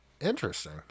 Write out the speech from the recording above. Interesting